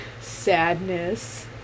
Sadness